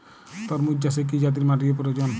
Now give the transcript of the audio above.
তরমুজ চাষে কি জাতীয় মাটির প্রয়োজন?